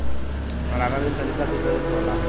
परागण के तरिका दू तरह से होला